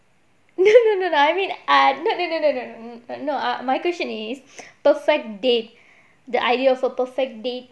no no no no I mean err no no no no no my question is perfect date the idea of a perfect date